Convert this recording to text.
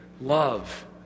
love